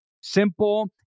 simple